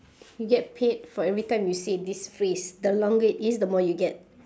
you get paid for every time you say this phrase the longer it is the more you get